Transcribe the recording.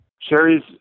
Sherry's